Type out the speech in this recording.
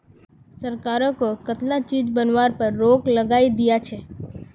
सरकार कं कताला चीज बनावार पर रोक लगइं दिया छे